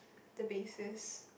the basis